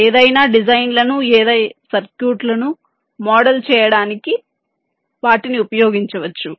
ఏదైనా డిజైన్లను ఏదైనా సర్క్యూట్ను మోడల్ చేయడానికి వాటిని ఉపయోగించవచ్చు